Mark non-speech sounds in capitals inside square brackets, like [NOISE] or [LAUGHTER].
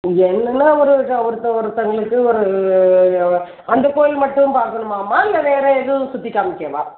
என்னென்னால் ஒரு [UNINTELLIGIBLE] ஒருத்த ஒருத்தவர்களுக்கு ஒரு அந்த கோயில் மட்டும் பார்க்கணுமாம்மா இல்ல வேறு எதுவும் சுற்றி காமிக்கவா